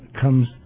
comes